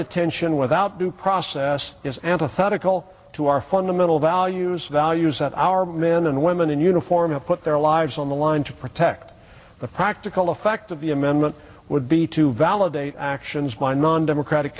detention without due process is antithetical to our fundamental values values that our men and women in uniform have put their lives on the line to protect the practical effect of the amendment would be to validate actions by non democratic